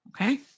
okay